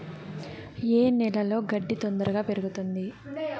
ఏ నేలలో గడ్డి తొందరగా పెరుగుతుంది